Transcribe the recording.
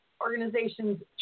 organizations